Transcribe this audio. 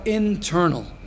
internal